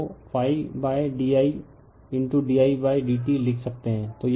तो d i d idt लिख सकता है